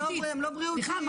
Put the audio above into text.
סליחה,